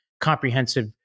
comprehensive